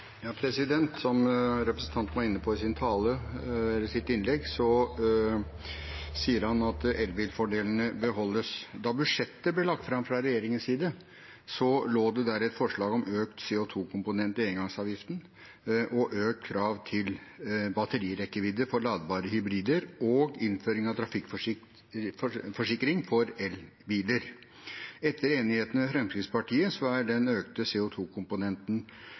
Som representanten var inne på i sitt innlegg, sier han at elbilfordelene beholdes. Da budsjettet ble lagt fram fra regjeringens side, lå det der et forslag om økt CO 2 -komponent i engangsavgiften, økt krav til batterirekkevidde for ladbare hybrider og innføring av trafikkforsikringsavgift for elbiler. Etter enigheten med Fremskrittspartiet er den økte